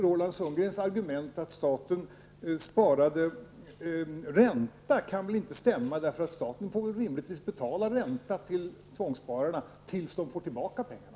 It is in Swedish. Roland Sundgrens argument att staten skulle spara ränta kan väl inte stämma. Staten får väl rimligtvis betala ränta till tvångsspararna tills de får tillbaka pengarna.